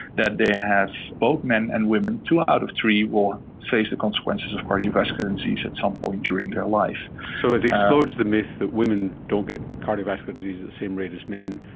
that they have, both men and women, two out of three will face the consequences of cardiovascular disease at some point during their life. so it explodes the myth that women don't get cardiovascular disease at the same rate as men.